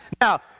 now